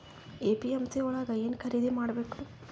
APMC ಯೊಳಗ ಏನ್ ಖರೀದಿದ ಮಾಡ್ಬೇಕು?